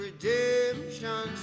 Redemption